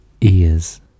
ears